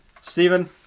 Stephen